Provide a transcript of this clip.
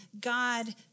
God